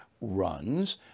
runs